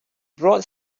brought